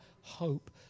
hope